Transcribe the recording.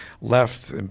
left